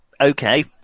Okay